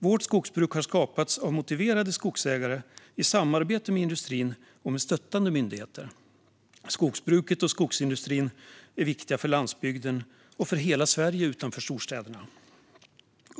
Vårt skogsbruk har skapats av motiverade skogsägare i samarbete med industrin och med stöttande myndigheter. Skogsbruket och skogsindustrin är viktiga för landsbygden och för hela Sverige utanför storstäderna.